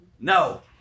no